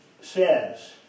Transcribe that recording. says